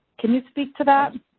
can you speak to that?